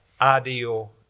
ideal